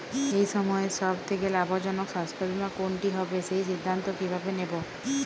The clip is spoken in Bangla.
এই সময়ের সব থেকে লাভজনক স্বাস্থ্য বীমা কোনটি হবে সেই সিদ্ধান্ত কীভাবে নেব?